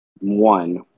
one